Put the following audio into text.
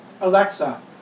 Alexa